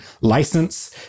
license